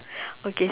okay